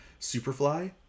Superfly